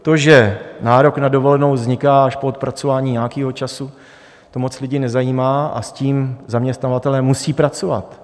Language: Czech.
To, že nárok na dovolenou vzniká až po odpracování nějakého času, to moc lidí nezajímá a s tím zaměstnavatelé musí pracovat.